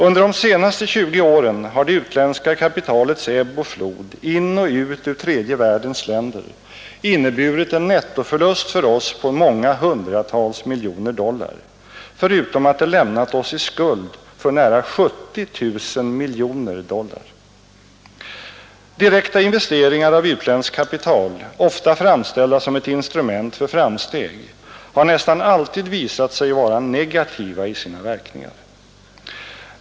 Under de senaste tjugo åren har det utländska kapitalets ebb och flod in och ut ur tredje världens länder inneburit en nettoförlust för oss på många hundratal miljoner dollar, förutom att det lämnat oss i skuld för nära 70 000 miljoner dollar. Direkta investeringar av utländskt kapital, ofta framställda som ett instrument för framsteg, har nästan alltid visat sig vara negativa i sina verkningar.